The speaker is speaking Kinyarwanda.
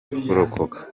kurokoka